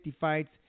fights